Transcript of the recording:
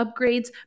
upgrades